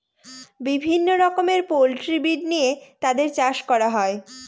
বিভিন্ন রকমের poultry breed নিয়ে তাদের চাষ করা হয়